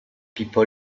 people